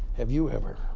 have you ever.